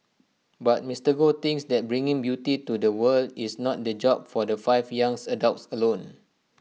but Mister Goh thinks that bringing beauty to the world is not the job of the five young adults alone